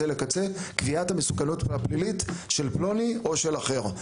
לקצה - קביעת המסוכנות הפלילית של פלוני או של אחר.